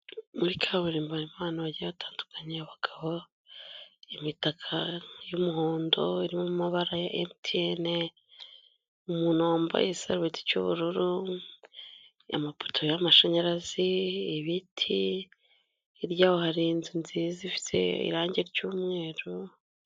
Muri kaburimbo harimo ahantu hagiye batandukanye, abagabo, imitaka y'umuhondo irimo amabara ya emutiyene, umuntu wambaye isarubeti cy'ubururu, amapoto y'amashanyarazi ,ibiti, hirya yaho hari inzu nziza ifite irangi ry'umweru...